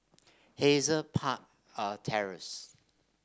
Hazel Park a Terrace